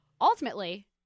ultimately